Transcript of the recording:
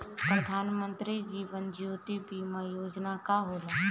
प्रधानमंत्री जीवन ज्योति बीमा योजना का होला?